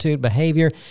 Behavior